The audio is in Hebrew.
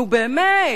נו, באמת,